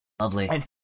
Lovely